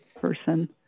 person